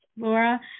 Laura